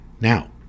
Now